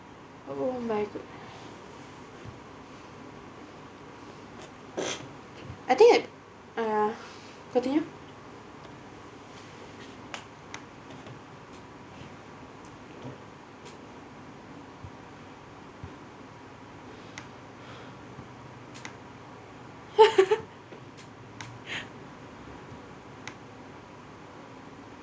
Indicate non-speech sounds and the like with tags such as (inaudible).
oh my god I think I uh continue (laughs)